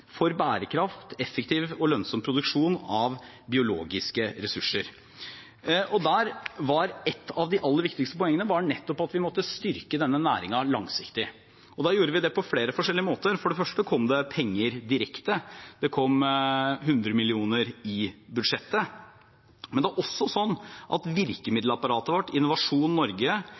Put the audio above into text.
for bærekraft, effektiv og lønnsom produksjon av biologiske ressurser. Da var et av de aller viktigste poengene nettopp at vi måtte styrke denne næringen langsiktig. Det gjorde vi på flere forskjellige måter. For det første kom det penger direkte. Det kom 100 mill. kr i budsjettet. Men det er også sånn at virkemiddelapparatet vårt – Innovasjon Norge,